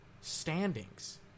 standings